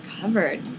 covered